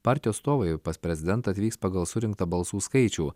partijos stovai pas prezidentą atvyks pagal surinktą balsų skaičių